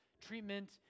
treatment